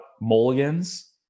mulligans